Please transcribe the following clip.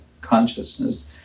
consciousness